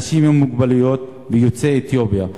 אנשים עם מוגבלות ויוצאי אתיופיה.